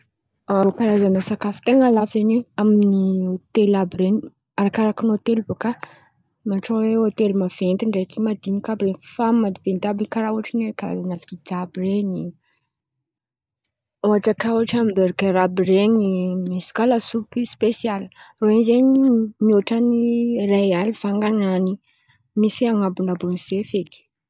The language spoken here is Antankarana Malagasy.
Rô karazan̈a sakafo ten̈a lafo zen̈y amin̈'ny hôtely àby ren̈y arakaraka ny hôtely bàka ôhatra hoe hôtely maventy ndraiky madin̈iky àby ren̈y fa maventy àby ren̈y karà ôtrany hoe Karazan̈a pija àby ren̈y, ôhatra kà amborgera àby ren̈y misy kà lasopy spesialy rô in̈y zen̈y mihoatra ny iray aly vangan̈any misy an̈abon̈abo ny zen̈y.